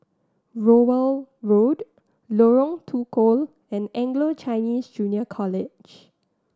Rowell Road Lorong Tukol and Anglo Chinese Junior College